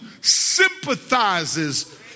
sympathizes